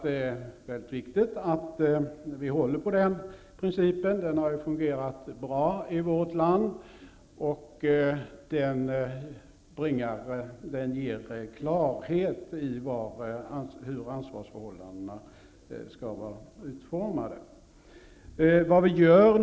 Det är viktigt att man håller på den principen, som har fungerat bra i vårt land. Den bringar klarhet i hur ansvarsförhållandena skall vara reglerade.